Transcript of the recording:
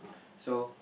so